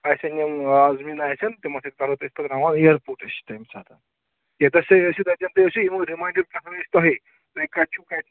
آسن یِم آزمیٖن آسن تِمن سۭتۍ کَرو تۄہہِ أسۍ پٔکناوان اِیَرپوٹ أسۍ چھِ تَمہِ ساتَن ییٚتٮ۪تھٕے ٲسِو تَتٮ۪ن تُہۍ ٲسِو یِمو رِماننڈر پٮ۪ٹھ ٲسۍ تۄہے تۄہہِ کَتہِ چھُو کَتہِ